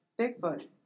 Bigfoot